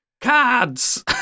cards